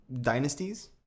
dynasties